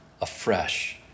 afresh